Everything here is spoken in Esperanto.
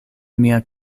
mia